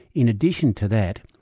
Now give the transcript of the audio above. in addition to that,